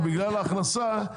בגלל ההכנסה,